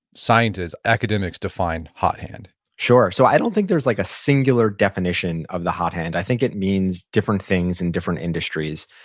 scientists, academics define hot hand sure. so i don't think there's like a singular definition of the hot hand. i think it means different things in different industries,